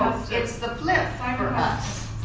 the flip for us.